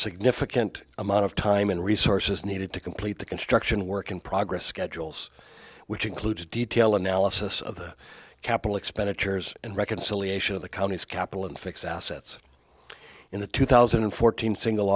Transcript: significant amount of time and resources needed to complete the construction work in progress schedules which includes detail analysis of the capital expenditures and reconciliation of the county's capital infix assets in the two thousand and fourteen single